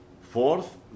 fourth